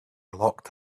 locked